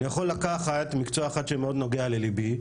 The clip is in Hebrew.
אני יכול לקחת מקצוע אחד שמאוד נוגע לליבי,